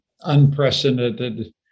unprecedented